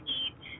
eat